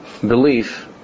belief